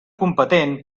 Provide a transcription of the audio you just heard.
competent